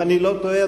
אם אני לא טועה,